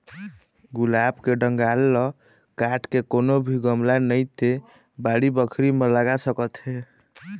गुलाब के डंगाल ल काट के कोनो भी गमला नइ ते बाड़ी बखरी म लगा सकत हे